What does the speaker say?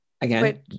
again